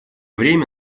время